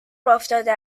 افتاده